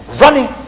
running